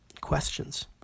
questions